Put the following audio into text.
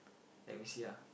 then we see lah